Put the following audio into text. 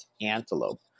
antelope